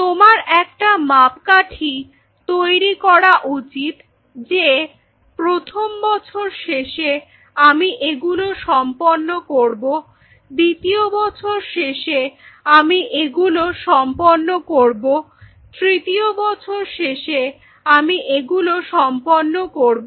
তোমার একটা মাপকাঠি তৈরি করা উচিত যে প্রথম বছর শেষে আমি এগুলো সম্পন্ন করব দ্বিতীয় বছর শেষে আমি এগুলো সম্পন্ন করবতৃতীয় বছর শেষে আমি এগুলো সম্পন্ন করব